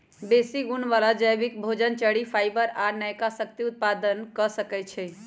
बेशी गुण बला जैबिक भोजन, चरि, फाइबर आ नयका शक्ति उत्पादन क सकै छइ